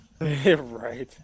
right